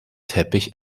teppich